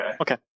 Okay